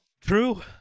True